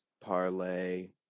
parlay